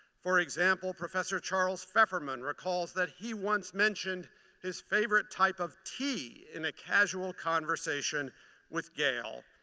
for example, professor charles pfefferman recalls that he once mentioned his favorite type of tea in a casual conversation with gail.